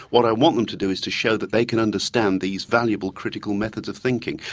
what i want them to do is to show that they can understand these valuable critical methods of thinking.